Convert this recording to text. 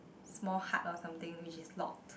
small hut or something which is locked